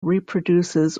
reproduces